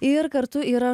ir kartu yra